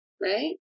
right